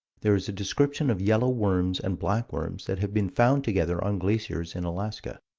there is a description of yellow worms and black worms that have been found together on glaciers in alaska.